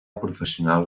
professional